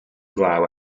glaw